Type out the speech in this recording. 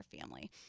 family